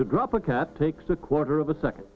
to drop a cat takes a quarter of a second